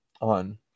on